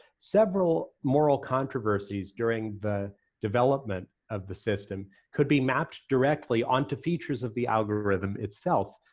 several moral controversies during the development of the system could be mapped directly onto features of the algorithm itself,